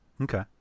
Okay